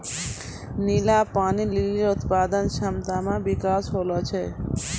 नीला पानी लीली रो उत्पादन क्षमता मे बिकास होलो छै